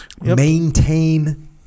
Maintain